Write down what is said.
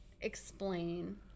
explain